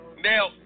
Now